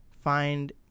find